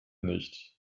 nicht